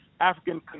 -African